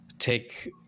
Take